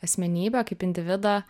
asmenybę kaip individą